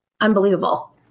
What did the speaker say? unbelievable